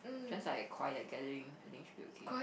just like a quiet gathering I think should be okay